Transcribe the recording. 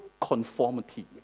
conformity